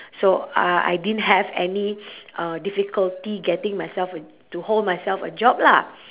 so uh I didn't have any uh difficulty getting myself a to hold myself a job lah